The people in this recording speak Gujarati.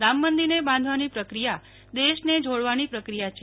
રામ મંદિરને બાંધવાની પ્રક્રિયા દેશને જોડવાની પ્રક્રિયા છે